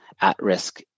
at-risk